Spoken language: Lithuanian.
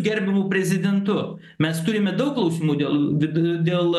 gerbiamu prezidentu mes turime daug klausimų dėl vid dėl